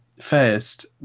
first